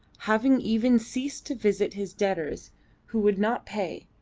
having even ceased to visit his debtors who would not pay,